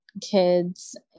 kids